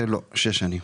לא, שש שנים.